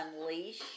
unleash